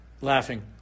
laughing